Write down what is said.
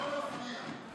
לא נפריע.